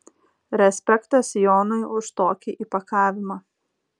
respektas jonui už tokį įpakavimą